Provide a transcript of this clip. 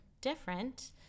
different